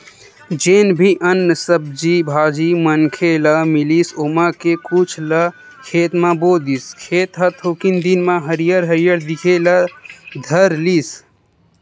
जेन भी अन्न, सब्जी भाजी मनखे ल मिलिस ओमा के कुछ ल खेत म बो दिस, खेत ह थोकिन दिन म हरियर हरियर दिखे ल धर लिस